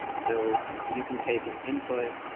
so you can take an input,